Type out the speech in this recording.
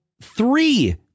three